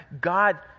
God